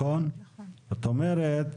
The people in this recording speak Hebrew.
זאת אומרת,